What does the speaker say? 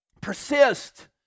persist